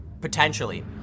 potentially